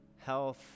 Health